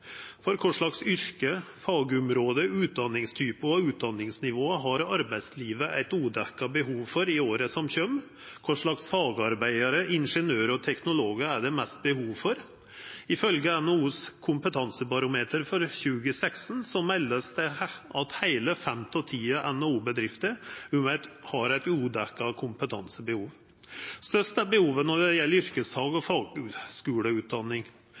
For kva slags yrke, fagområde, utdanningstypar og utdanningsnivå har arbeidslivet eit udekt behov for i året som kjem? Kva slags fagarbeidarar, ingeniørar og teknologar er det mest behov for? Ifølgje NHOs kompetansebarometer for 2016 vert det meldt at heile fem av ti NHO-bedrifter har eit udekt kompetansebehov. Størst er behovet når det gjeld yrkesfag og fagskuleutdanning.